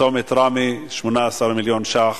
צומת ראמה, 18 מיליון שקלים,